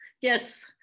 yes